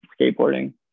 skateboarding